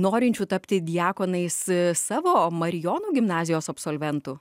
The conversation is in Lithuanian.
norinčių tapti diakonais savo marijonų gimnazijos absolventų